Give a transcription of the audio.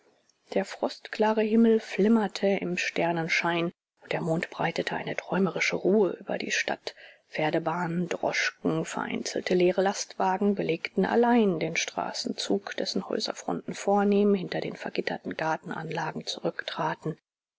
der frostklare himmel flimmerte im sternenschein und der mond breitete eine träumerische ruhe über die stadt pferdebahnen droschken vereinzelte leere lastwagen belegten allein den straßenzug dessen häuserfronten vornehm hinter den vergitterten gartenanlagen zurücktraten